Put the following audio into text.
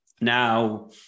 now